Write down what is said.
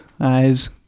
eyes